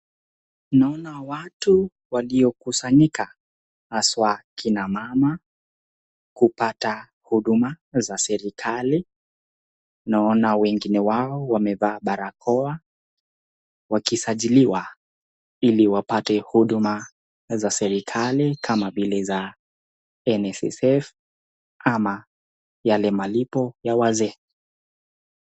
Naona watu waliokusanyika haswa kina mama kupata huduma za serikali ,naona wengine wao wamevaa barakoa wakisajiliwa ili wapate huduma za kiserikali kama vile za NSSF ama yale malipo ya wazee.